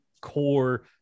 core